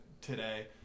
today